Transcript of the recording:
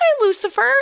Lucifer